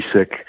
sick